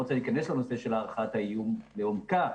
לא רוצה להיכנס לנושא של הערכת האיום בעומקה,